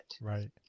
Right